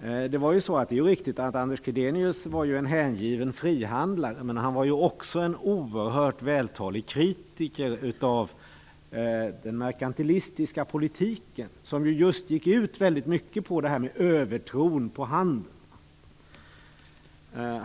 Det är riktigt att Anders Chydenius var en hängiven frihandlare. Men han var också en oerhört vältalig kritiker av den merkantilistiska politiken, som väldigt mycket just gick ut på övertron på handeln.